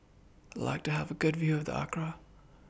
I'd like to Have A Good View of Accra